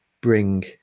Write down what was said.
bring